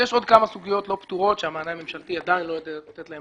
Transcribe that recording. יש עוד כמה סוגיות לא פתורות שהמענה הממשלתי עדיין לא סיפק להן